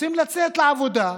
רוצים לצאת לעבודה,